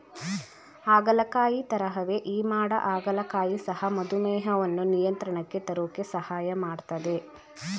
ಹಾಗಲಕಾಯಿ ತರಹವೇ ಈ ಮಾಡ ಹಾಗಲಕಾಯಿ ಸಹ ಮಧುಮೇಹವನ್ನು ನಿಯಂತ್ರಣಕ್ಕೆ ತರೋಕೆ ಸಹಾಯ ಮಾಡ್ತದೆ